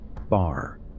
Bar